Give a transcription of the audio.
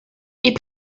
est